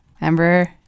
Remember